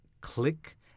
click